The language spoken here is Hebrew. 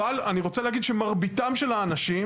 אבל אני רוצה להגיד שמרבים של האנשים,